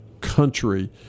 country